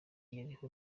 yariho